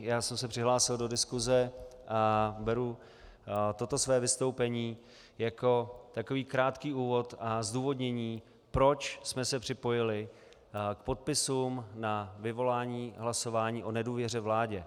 Já jsem se přihlásil do diskuse, beru toto své vystoupení jako takový krátký úvod a zdůvodnění, proč jsme se připojili k podpisům na vyvolání hlasování o nedůvěře vládě.